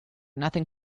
nothing